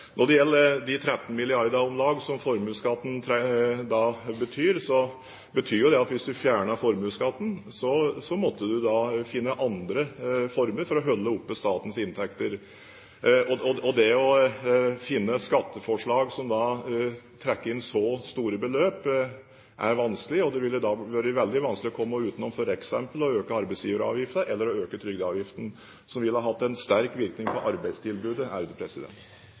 Når det gjelder de om lag 13 milliardene som formuesskatten betyr, betyr det at hvis man fjernet formuesskatten, måtte man finne andre former for å holde oppe statens inntekter. Det å finne skatteforslag som trekker inn så store beløp, er vanskelig. Det ville være veldig vanskelig å komme utenom f.eks. å øke arbeidsgiveravgiften eller å øke trygdeavgiften, som ville hatt en sterk virkning på arbeidstilbudet.